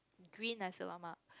green nasi-lemak